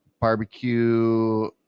barbecue